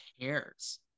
cares